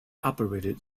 operated